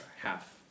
half